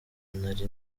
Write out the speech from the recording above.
ntari